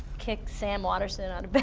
kick sam waterson out of but